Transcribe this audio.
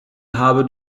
habe